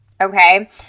Okay